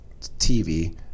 TV